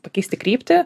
pakeisti kryptį